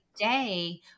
today